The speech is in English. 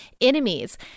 enemies